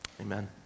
Amen